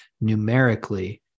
numerically